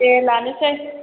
दे लानोसै